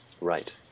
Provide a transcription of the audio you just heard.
Right